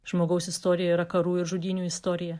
žmogaus istorija yra karų ir žudynių istorija